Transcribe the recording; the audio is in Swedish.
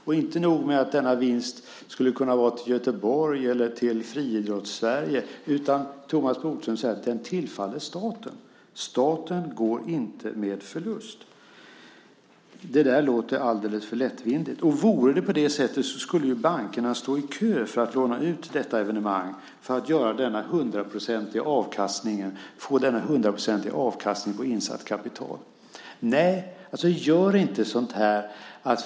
Och inte nog med att denna vinst skulle kunna gå till Göteborg eller till Friidrotts-Sverige, utan Thomas Bodström säger att den tillfaller staten. Staten går inte med förlust. Det där låter alldeles för lättvindigt. Vore det på det sättet skulle ju bankerna stå i kö för att låna ut till detta evenemang, för att få denna hundraprocentiga avkastning på insatt kapital. Nej, gör inte så här!